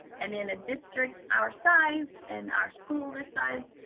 and in a district our size, and our school this size,